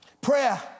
Prayer